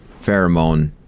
pheromone